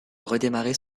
redémarrer